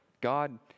God